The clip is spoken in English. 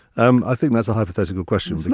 um i think that's a hypothetical question, it's not,